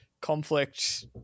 conflict